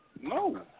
No